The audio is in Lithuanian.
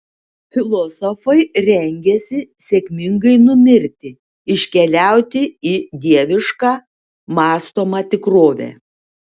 filosofai rengiasi sėkmingai numirti iškeliauti į dievišką mąstomą tikrovę